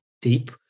deep